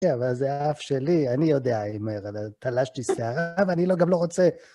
כן, אבל זה האף שלי, אני יודע, אם תלשתי שערה, ואני גם לא רוצה...